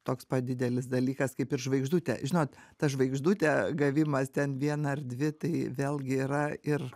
toks pat didelis dalykas kaip ir žvaigždutė žinot ta žvaigždutė gavimas ten vieną ar dvi tai vėlgi yra ir